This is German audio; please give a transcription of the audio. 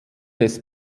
des